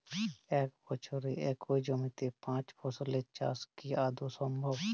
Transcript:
এক বছরে একই জমিতে পাঁচ ফসলের চাষ কি আদৌ সম্ভব?